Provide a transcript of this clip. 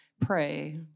pray